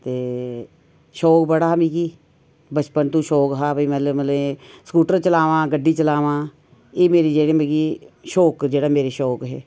ते शौक बड़ा हा मिगी बचपन तूं शौक हा मतलब कि स्कूटर चलावां गड्डी चलावांं एह् मेरे जेह्ड़े मिगी शौक जेह्के मेरे शौक हे